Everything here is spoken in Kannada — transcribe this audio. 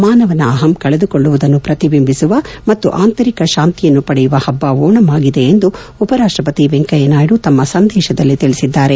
ಮಾನವನ ಅಹಂ ಕಳೆದುಕೊಳ್ಳುವುದನ್ನು ಪ್ರತಿಬಿಂಬಿಸುವ ಮತ್ತು ಆಂತರಿಕ ಶಾಂತಿಯನ್ನು ಪಡೆಯುವ ಹಬ್ಬ ಓಣಂ ಆಗಿದೆ ಎಂದು ಉಪರಾಷ್ಟ ಪತಿ ವೆಂಕಯ್ಯನಾಯ್ದು ತಮ್ಮ ಸಂದೇಶದಲ್ಲಿ ತಿಳಿಸಿದ್ದಾರೆ